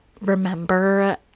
remember